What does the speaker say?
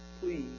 please